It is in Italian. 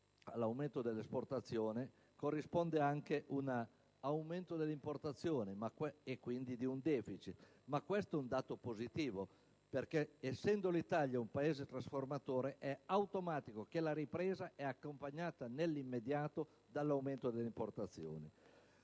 all'aumento delle esportazioni corrisponde anche un aumento delle importazioni e, quindi, di un deficit, ma questo è un dato positivo perché, essendo l'Italia un Paese trasformatore, è automatico che la ripresa è accompagnata nell'immediato dall'aumento delle importazioni.